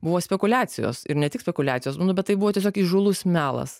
buvo spekuliacijos ir ne tik spekuliacijos nu bet tai buvo tiesiog įžūlus melas